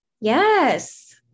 Yes